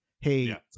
Hey